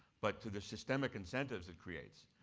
but to the systemic incentives it creates,